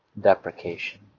deprecation